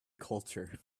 culture